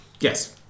yes